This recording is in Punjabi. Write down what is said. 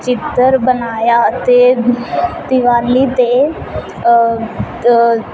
ਚਿੱਤਰ ਬਣਾਇਆ ਅਤੇ ਦੀਵਾਲੀ 'ਤੇ